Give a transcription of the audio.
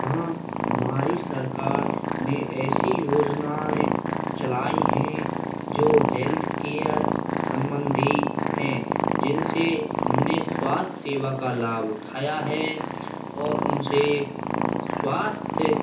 हाँ हमारी सरकार ने ऐसी योजनाएँ चलाई हैं जो हेल्थकेयर संबंधी हैं जिनसे हमने स्वास्थ्य सेवा का लाभ उठाया है और उनसे स्वास्थ्य